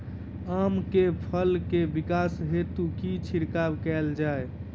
आम केँ फल केँ विकास हेतु की छिड़काव कैल जाए?